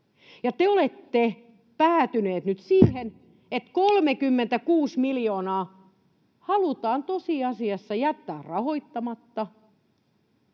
ja te olette päätyneet nyt siihen, että 36 miljoonaa halutaan tosiasiassa jättää rahoittamatta